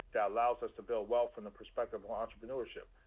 that allows us to build wealth from the perspective of entrepreneurship.